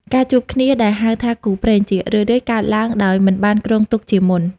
ការជួបគ្នាដែលហៅថាគូព្រេង ជារឿយៗកើតឡើងដោយមិនបានគ្រោងទុកជាមុន។